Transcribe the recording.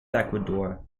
ecuador